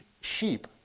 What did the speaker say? sheep